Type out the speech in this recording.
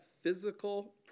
physical